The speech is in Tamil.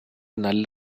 நல்ல